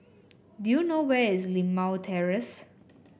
do you know where is Limau Terrace